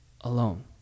alone